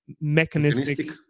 Mechanistic